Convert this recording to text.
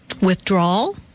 withdrawal